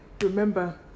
Remember